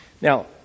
Now